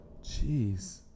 Jeez